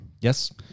Yes